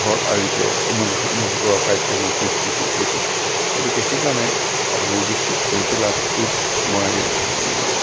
ঘৰত আঁৰিছে মোৰ হতুৱাই অঁকাইছে মই গিফ্ট দিছোঁ এইটো গতিকে সেইকাৰণে মোৰ দৃষ্টিত পেঞ্চিল আৰ্টটোক মই